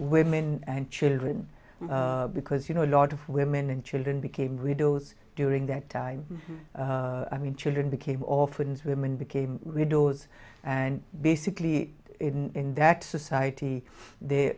women and children because you know a lot of women and children became widows during that time i mean children became oftens women became weirdos and basically in that society the